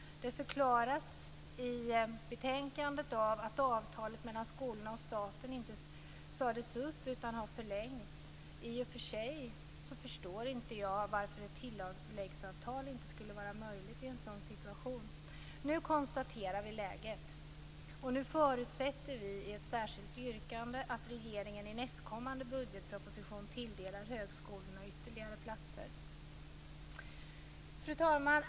Detta förklaras i betänkandet av att avtalet mellan skolorna och staten inte sades upp utan har förlängts. I och för sig förstår inte jag varför ett tilläggsavtal inte skulle vara möjligt i en sådan situation. Nu konstaterar vi läget och nu förutsätter vi i ett särskilt yrkande att regeringen i nästkommande budgetproposition tilldelar högskolorna ytterligare platser. Fru talman!